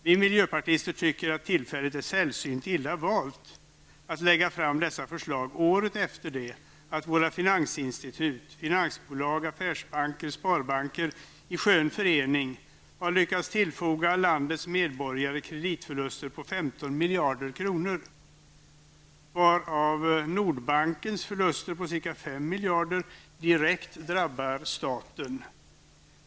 Vi miljöpartister tycker att tillfället är sällsynt illa valt för att lägga fram dessa förslag året efter det att våra finansinstitut -- finansbolag, affärsbanker och sparbanker i skön förening -- har lyckats tillfoga landets medborgare kreditförluster om 15 miljarder, varav Nordbankens förluster om ca 5 miljarder direkt drabbar staten.